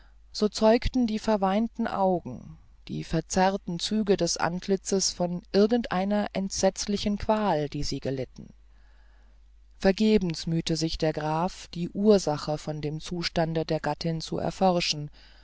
so zeugten die verweinten augen die verzerrten züge des antlitzes von irgendeiner entsetzlichen qual die sie gelitten vergebens mühte sich der graf die ursache von dem zustande der gattin zu erforschen